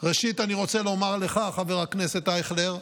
ראשית אני רוצה לומר לך, חבר הכנסת אייכלר,